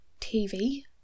tv